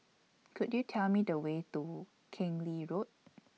Could YOU Tell Me The Way to Keng Lee Road